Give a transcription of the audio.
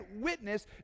witness